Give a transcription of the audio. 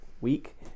week